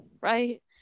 right